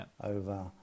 Over